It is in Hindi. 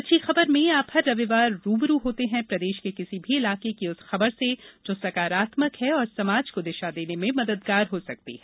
अच्छी खबर में आप हर रविवार रू ब रू होते हैं प्रदेश के किसी भी इलाके की उस खबर से जो सकारात्मक है और समाज को दिशा देने में मददगार हो सकती है